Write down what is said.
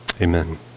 Amen